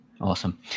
Awesome